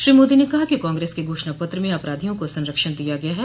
श्री मोदी ने कहा कि कांग्रेस के घोषणा पत्र में अपराधियों को संरक्षण दिया गया है